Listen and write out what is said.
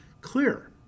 clear